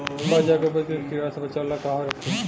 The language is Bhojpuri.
बाजरा के उपज के कीड़ा से बचाव ला कहवा रखीं?